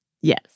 Yes